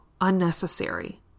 unnecessary